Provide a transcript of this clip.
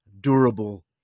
durable